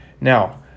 Now